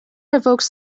evokes